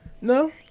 No